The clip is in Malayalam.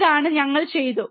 ഇതാണ് ഞങ്ങൾ ചെയ്തതു